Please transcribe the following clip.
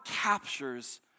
captures